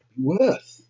worth